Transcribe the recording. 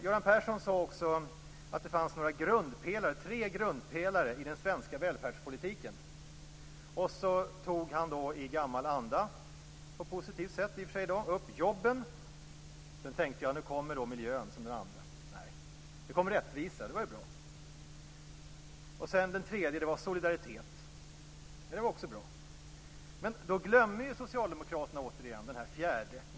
Göran Persson sade också att det finns tre grundpelare i den svenska välfärdspolitiken. Han tog i gammal anda - i och för sig på ett positivt sätt - upp jobben. Sedan tänkte jag att miljön skulle komma som den andra grundpelaren. Nej. Då kom rättvisan. Det var bra. Den tredje grundpelaren var solidaritet. Det var också bra. Men då glömmer socialdemokraterna återigen den fjärde grundpelaren.